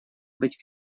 быть